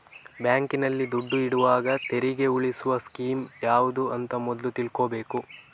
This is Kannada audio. ಬ್ಯಾಂಕಿನಲ್ಲಿ ದುಡ್ಡು ಇಡುವಾಗ ತೆರಿಗೆ ಉಳಿಸುವ ಸ್ಕೀಮ್ ಯಾವ್ದು ಅಂತ ಮೊದ್ಲು ತಿಳ್ಕೊಬೇಕು